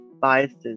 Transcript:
biases